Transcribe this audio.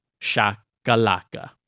shakalaka